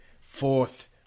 fourth